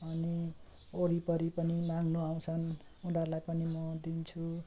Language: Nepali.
अनि वरिपरि पनि माग्न आउँछन् उनीहरूलाई पनि म दिन्छु